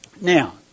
Now